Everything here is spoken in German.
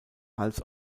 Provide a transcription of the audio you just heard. als